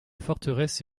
forteresse